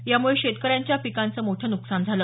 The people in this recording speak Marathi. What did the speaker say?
यामुळे शेतकऱ्यांच्या पिकाचं मोठ न्कसान झालं